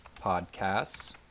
podcasts